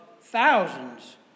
thousands